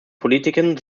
politiken